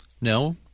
No